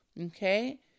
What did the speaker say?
Okay